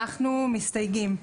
אנחנו מסתייגים.